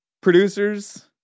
Producers